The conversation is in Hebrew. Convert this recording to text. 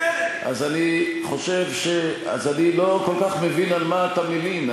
אז אני לא כל כך מבין על מה אתה מלין.